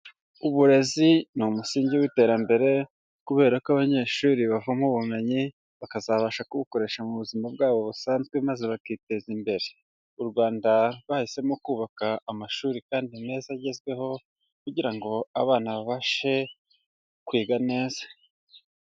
Uburezi ni umusingi w'iterambere kubera ko abanyeshuri bavoma ubumenyi bakazabasha kubukoresha mu buzima bwabo busanzwe maze bakiteza imbere, u Rwanda rwahisemo kubaka amashuri kandi meza agezweho kugira ngo abana babashe kwiga neza.